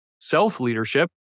self-leadership